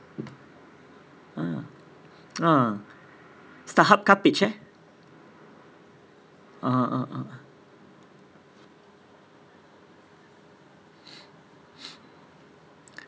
ah ah Starhub cuppage ah ah ah ah